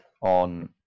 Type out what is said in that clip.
on